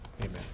Amen